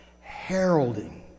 heralding